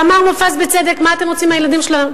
ואמר מופז בצדק: מה אתם רוצים מהילדים שלנו?